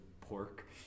pork